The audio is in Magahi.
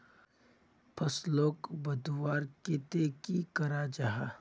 फसलोक बढ़वार केते की करा जाहा?